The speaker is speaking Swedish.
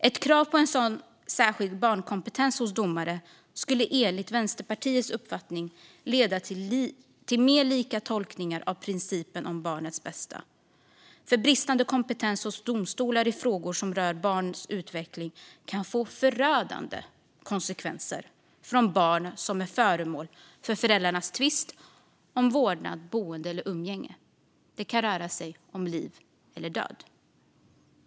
Ett krav på en sådan särskild barnkompetens hos domare skulle enligt Vänsterpartiets uppfattning leda till mer lika tolkningar av principen om barnets bästa. Bristande kompetens hos domstolar i frågor som rör barns utveckling kan nämligen få förödande konsekvenser för de barn som är föremål för föräldrarnas tvist om vårdnad, boende eller umgänge. Det kan röra sig om liv eller död.